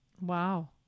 Wow